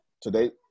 today